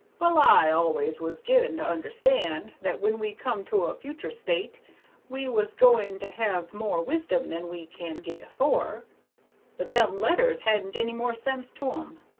well, i always was given to understand that when we come to a futur' state we was goin' to have more wisdom than we can get afore' but them letters hadn't any more sense to em,